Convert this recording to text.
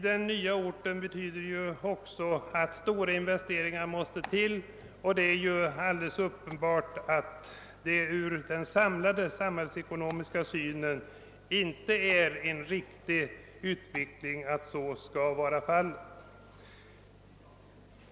Den nya orten måste också göra nya investeringar för stora belopp, och det är alldeles uppenbart att detta ur den samlade samhällsekonomiska synvinkeln inte är en riktig utveckling.